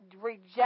reject